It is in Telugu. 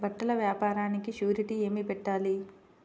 బట్టల వ్యాపారానికి షూరిటీ ఏమి పెట్టాలి?